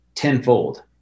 Tenfold